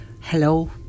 hello